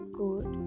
good